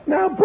Now